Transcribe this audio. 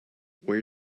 where